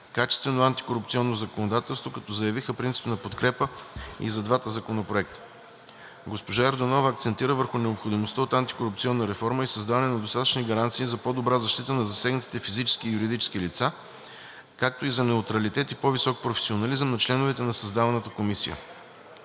качествено антикорупционно законодателство, като заявиха принципна подкрепа и за двата законопроекта. Госпожа Йорданова акцентира върху необходимостта от антикорупционна реформа и създаване на достатъчни гаранции за по-добра защита на засегнатите физически и юридически лица, както и за неутралитет и по-висок професионализъм на членовете на създаваната комисия.